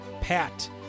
Pat